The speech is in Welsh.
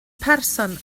person